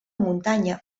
muntanya